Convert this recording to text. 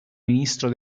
ministro